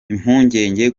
impungenge